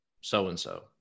so-and-so